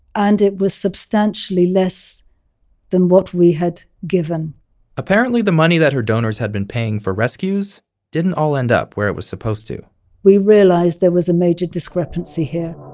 and it was substantially less than what we had given apparently the money that her donors had been paying for rescues didn't all end up where it was supposed to we realized there was a major discrepancy here